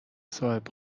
صاحب